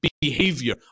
behavior